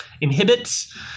inhibits